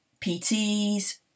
PTs